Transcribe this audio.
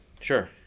Sure